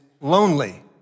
lonely